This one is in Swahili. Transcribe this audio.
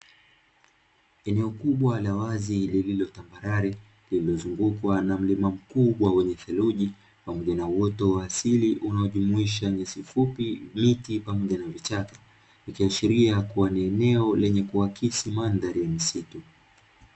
Eneo kubwa la wazi lililo tambarare, lililozungukwa na mlima mkubwa wenye theluji pamoja na uoto wa wa asili unaojumuisha nyasi fupi, miti pamoja na vichaka; ikiashiria kuwa ni eneo lenye kuakisi mandhari ya misitu.